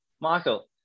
Michael